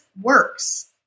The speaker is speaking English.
works